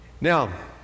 Now